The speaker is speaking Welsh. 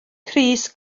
crys